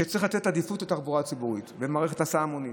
שצריך לתת עדיפות לתחבורה ציבורית ולמערכת הסעת המונים.